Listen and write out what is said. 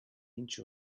inch